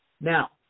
Now